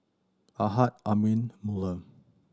Ahad Amrin Melur